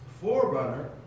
Forerunner